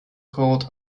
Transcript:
called